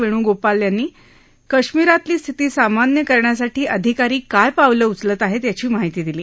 वेणूगोपाळ यांनी कश्मीरातली स्थिती सामान्य करण्यासाठी अधिकारी काय पावलं उचलत आहे याची माहिती दिली